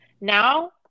Now